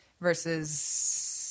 versus